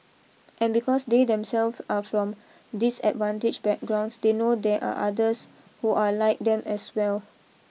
and because they themselves are from disadvantaged backgrounds they know there are others who are like them as well